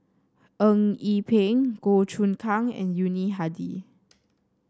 Eng Yee Peng Goh Choon Kang and Yuni Hadi